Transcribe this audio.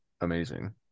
amazing